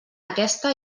aquesta